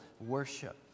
worship